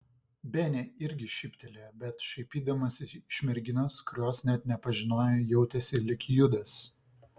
benė irgi šyptelėjo bet šaipydamasi iš merginos kurios net nepažinojo jautėsi lyg judas